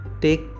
take